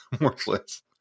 worthless